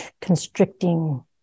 constricting